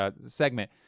segment